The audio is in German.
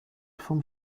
vom